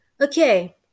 Okay